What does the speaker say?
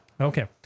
Okay